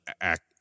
act